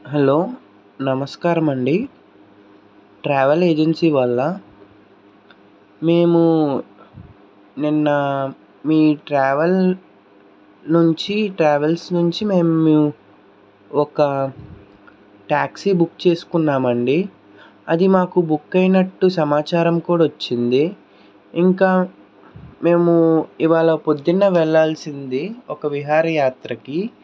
hello నమస్కారం అండి travel agency వాళ్ళ మేము నిన్న మీ ట్రావెల్ నుంచి ట్రావెల్స్ నుంచి మేము ఒక ట్యాక్సీ బుక్ చేసుకున్నామండి అది మాకు బుక్ అయినట్టు సమాచారం కూడా వచ్చింది ఇంకా మేము ఇవాళ పొద్దున్న వెళ్లాల్సింది ఒక విహారయాత్రకి